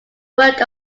work